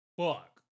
fuck